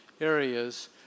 areas